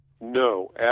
No